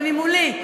זה ממולי.